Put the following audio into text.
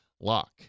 Lock